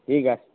ঠিক আছে